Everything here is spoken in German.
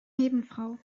nebenfrau